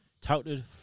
touted